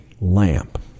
lamp